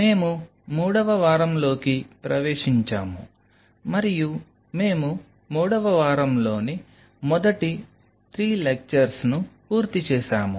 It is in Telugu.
మేము మూడవ వారంలోకి ప్రవేశించాము మరియు మేము మూడవ వారంలోని మొదటి 3 లెక్చర్స్ ను పూర్తి చేసాము